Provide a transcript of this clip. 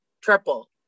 triple